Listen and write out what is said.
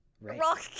rock